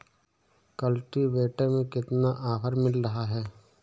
Cultivator में कितना offer मिल रहा है?